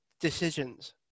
decisions